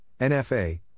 NFA